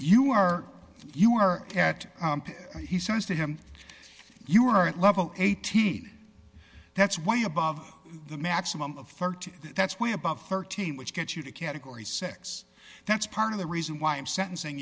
you are you were at he says to him you were at level eighteen that's why above the maximum of thirty that's way above thirteen which gets you to category six that's part of the reason why i'm sentencing